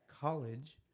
college